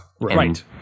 right